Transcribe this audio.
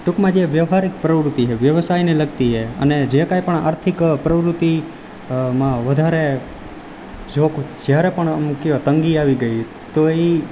ટૂંકમાં જે વ્યવહારિક પ્રવૃત્તિ છે વ્યવસાયને લગતી છે અને જે કંઈપણ આર્થિક પ્રવૃત્તિ માં વધારે જો જ્યારે પણ આમ કહો તંગી આવી ગઈ તો ય